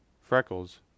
Freckles